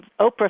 oprah